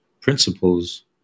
principles